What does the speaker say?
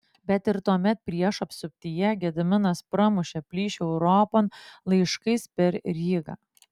bet ir tuomet priešų apsuptyje gediminas pramušė plyšį europon laiškais per rygą